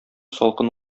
салкын